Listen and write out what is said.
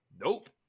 Nope